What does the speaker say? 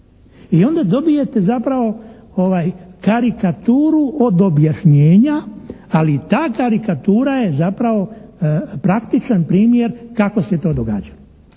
I onda dobijete zapravo karikaturu od objašnjenja ali ta karikatura je zapravo praktičan primjer kako se to događa?